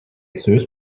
союз